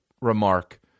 remark